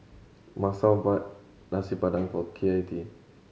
Masao bought Nasi Padang for K I T